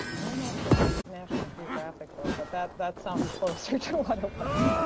i don't know if it's national geographic though, but that that sounds closer to what it was.